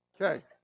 Okay